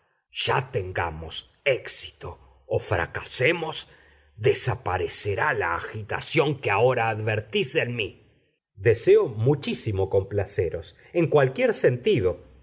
ya tengamos éxito o fracasemos desaparecerá la agitación que ahora advertís en mí deseo muchísimo complaceros en cualquier sentido